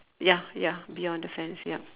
ya ya bee on the fence ya